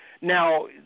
Now